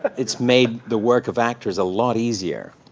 it's made the work of actors a lot easier.